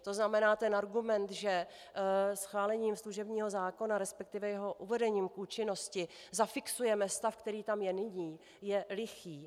To znamená ten argument, že schválením služebního zákona, resp. jeho uvedením v účinnost zafixujeme stav, který tam je nyní, je lichý.